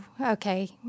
okay